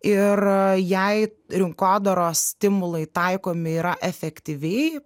ir jei rinkodaros stimulai taikomi yra efektyviai